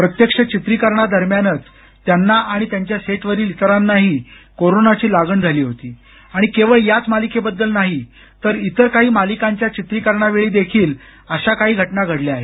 प्रत्यक्ष चित्रीकरणादरम्यानच त्यांना आणि त्यांच्या सेटवरील इतरांनाही कोरोनाची लागण झाली होती आणि केवळ याच मालिकेबद्दल नाही तर इतर काही मालिकांच्या चित्रीकरणावेळी देखील अशा काही घटना घडल्या आहेत